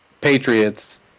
Patriots